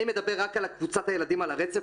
אני מדבר רק על קבוצת הילדים על הרצף,